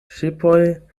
ŝipoj